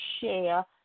share